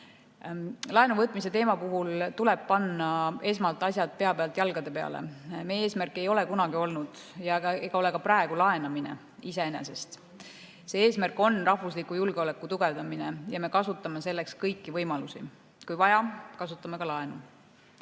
Laenuvõtmise teema puhul tuleb panna esmalt asjad pea pealt jalgade peale. Meie eesmärk ei ole kunagi olnud ega ole ka praegu laenamine iseenesest. See eesmärk on rahvusliku julgeoleku tugevdamine ja me kasutame selleks kõiki võimalusi. Kui vaja, kasutame ka laenu.